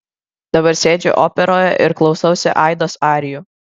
dabar sėdžiu operoje ir klausausi aidos arijų